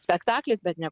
spektaklis bet ne